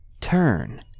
turn